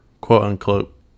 quote-unquote